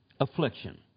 affliction